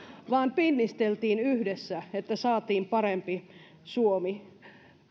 vaan pinnisteltiin yhdessä että saatiin parempi suomi